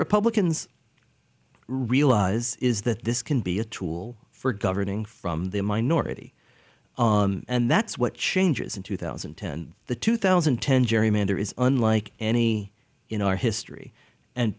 republicans realize is that this can be a tool for governing from the minority and that's what changes in two thousand and ten the two thousand and ten gerrymander is unlike any in our history and